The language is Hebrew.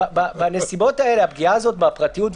בנסיבות האלה הפגיעה הזאת בפרטיות,